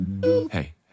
Hey